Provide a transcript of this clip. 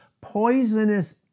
poisonous